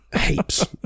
Heaps